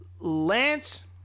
Lance